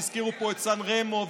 והזכירו פה את סן רמו,